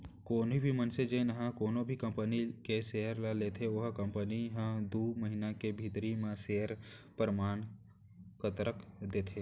कोनो भी मनसे जेन ह कोनो भी कंपनी के सेयर ल लेथे ओला कंपनी ह दू महिना के भीतरी म सेयर परमान पतरक देथे